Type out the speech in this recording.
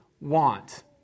want